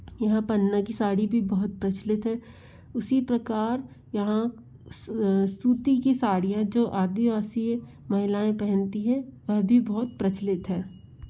यहाँ पन्ना की साड़ी भी बहुत प्रचलित है उसी प्रकार यहाँ सूती की साड़ियां जो आदिवासीय महिलाऍं पहनती हैं वह भी बहुत प्रचलित हैं